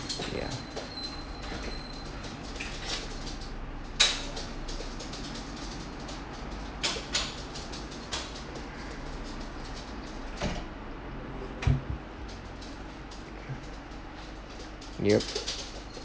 yeah yup